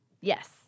Yes